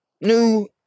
new